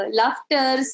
laughter